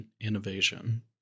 innovation